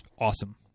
awesome